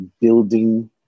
building